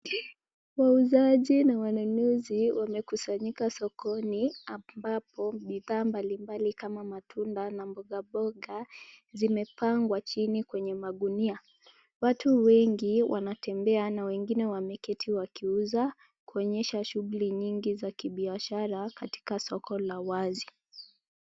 Wauzaji na wanunuzi wamekusanyika sokoni ambapo bidhaa mbalimbali kama matunda na mboga mboga zimepangwa chini kwenye magunia. Watu wengi wanatembea na wengine wanaketi wakiuza kuonyesha shughuli nyingi za kibiashara katika soko la wazi.